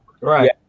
right